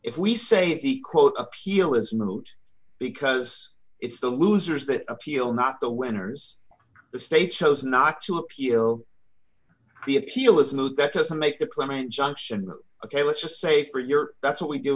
if we say the quote appeal is moot because it's the losers that appeal not the winners the state chose not to appeal the appeal is moot that doesn't make the claimant junction ok let's just say for your that's what we do